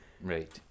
Right